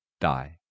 die